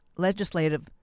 legislative